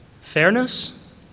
Fairness